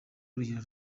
urugero